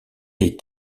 est